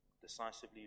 decisively